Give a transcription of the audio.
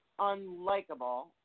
unlikable